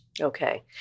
Okay